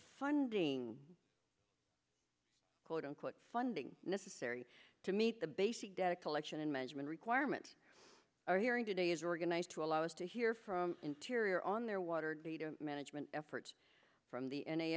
funding quote unquote funding necessary to meet the basic data collection and measurement requirement our hearing today is organized to allow us to hear from interior on their water data management efforts from the n a